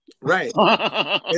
right